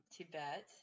Tibet